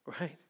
Right